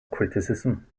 criticism